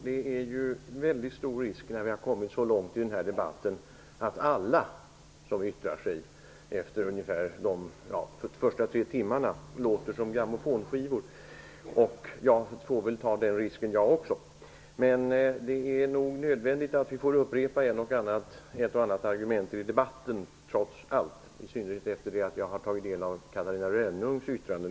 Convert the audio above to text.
Herr talman! När vi nu har kommit så här långt i denna debatt är det stor risk för att alla som yttrar sig låter som grammofonskivor. Jag får väl ta den risken. Men det är nog trots allt nödvändigt att upprepa ett och annat argument, i synnerhet efter det att jag har tagit del av Catarina Rönnungs yttranden.